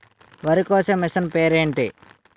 వరి కోసే మిషన్ పేరు ఏంటి